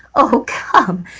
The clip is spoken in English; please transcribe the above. oh, come,